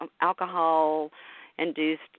alcohol-induced